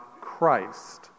Christ